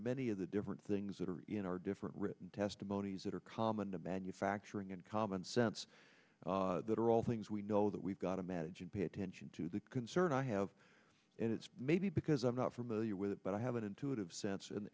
many of the different things that are in our different written testimonies that are common to manufacturing and common sense that are all things we know that we've got to manage and pay attention to the concern i have and it's maybe because i'm not familiar with it but i have an intuitive sense and